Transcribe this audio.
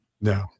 No